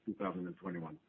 2021